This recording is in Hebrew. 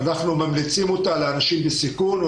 אנחנו ממליצים עליה לאנשים בסיכון או